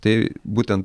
tai būtent